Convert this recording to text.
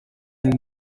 nini